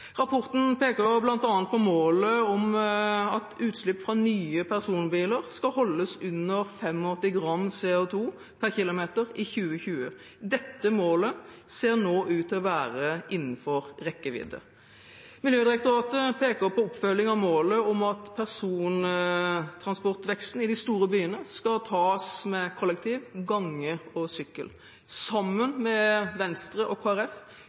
Rapporten peker bl.a. på målet om at utslipp fra nye personbiler skal holdes under 85 gram CO2 per km i 2020. Dette målet ser nå ut til å være innenfor rekkevidde. Miljødirektoratet peker på oppfølging av målet om at persontransportveksten i de store byene skal tas med kollektiv, gange og sykkel. Sammen med Venstre og